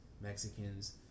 Mexicans